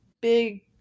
big